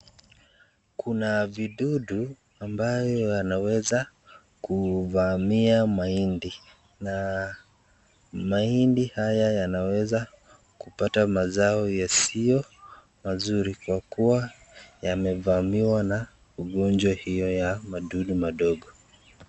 Kuna vidudu ambayo anaweza kuvamia mahindi na mahhindi haya ya na weza kupata mazao yasiyo mazuri kwa kuwa yamevamiwa na ugonjwa hiyo ya madudu madogo.